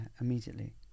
immediately